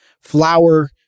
flour